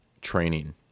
training